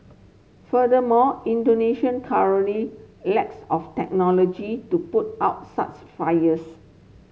furthermore Indonesia currently lacks of technology to put out such fires